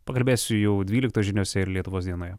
pakalbėsiu jau dvyliktos žiniose ir lietuvos dienoje